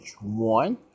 one